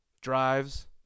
drives